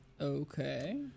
Okay